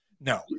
No